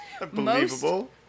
Unbelievable